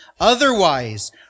Otherwise